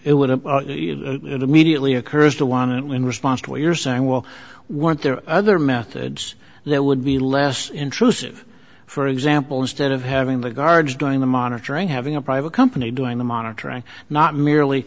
and in response to what you're saying well what there are other methods that would be less intrusive for example instead of having the guards doing the monitoring having a private company doing the monitoring not merely